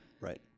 right